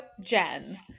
Jen –